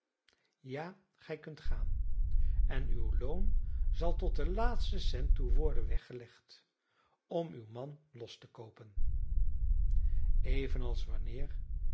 ja gij kunt gaan en uw loon zal tot den laatsten cent toe worden weggelegd om uw man los te koopen evenals wanneer